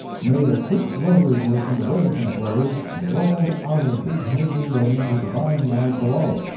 made a quick rotary movement away from the blaze, and rolled out of a big hay-window into the barn-yard below.